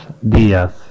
días